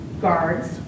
guards